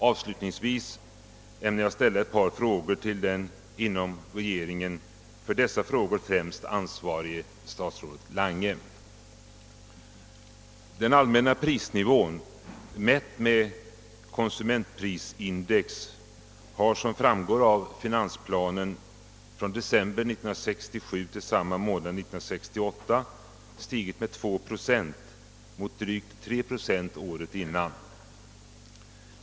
Avslutningsvis ämnar jag ställa ett par frågor tll den inom regeringen för dessa ärenden främst ansvarige, statsrådet Lange. Den allmänna prisnivån mätt med konsumentprisindex har, som framgår av finansplanen, från december 1967 till samma månad 1968 stigit med 2 procent mot drygt 3 procent året innan.